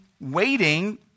waiting